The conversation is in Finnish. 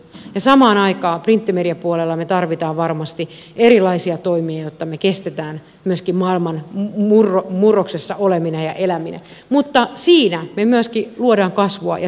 samaan aikaan printtimediapuolella me tarvitsemme varmasti erilaisia toimia jotta me kestämme myöskin maailman murroksessa olemisen ja elämisen mutta siinä me myöskin luomme kasvua ja työllisyyttä